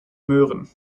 möhren